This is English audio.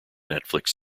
netflix